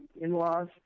in-laws